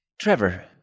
Trevor